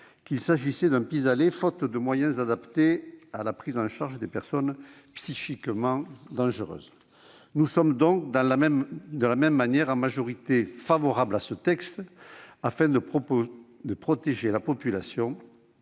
qu'il s'agissait d'un pis-aller, faute de moyens adaptés à la prise en charge de personnes psychiquement dangereuses. De la même manière, il est aujourd'hui en majorité favorable à ce texte, afin de protéger la population